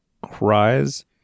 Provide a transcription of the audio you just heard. cries